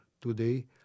today